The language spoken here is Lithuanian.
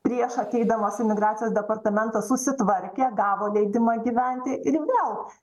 prieš ateidamos į migracijos departamentą susitvarkė gavo leidimą gyventi ir vėl